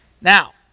now